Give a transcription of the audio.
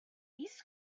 east